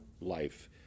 life